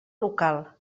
local